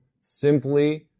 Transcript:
simply